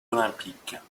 olympiques